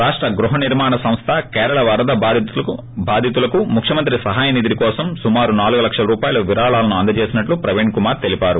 రాష్ట గృహనిర్మాణ సంస్థ కేరళ వరద బాధితులకు ముఖ్యమంత్రి సహాయ నిధి కోసం సుమారు నాలుగు లక్షల రూపాయల విరాళాలను అందజేసినట్లు ప్రవీణ్ కుమార్ తెలిపారు